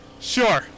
Sure